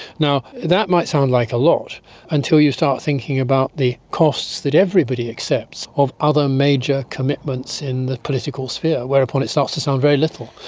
that might sound like a lot until you start thinking about the costs that everybody accepts of other major commitments in the political sphere, whereupon it starts to sound very little.